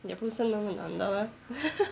也不是那么难到 eh